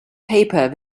paper